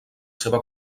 seva